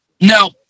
no